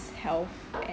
health and